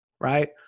right